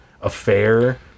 affair